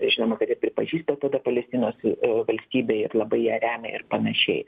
žinoma kad ir pripažįsta tada palestinos valstybę ir labai ją remia ir panašiai